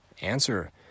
answer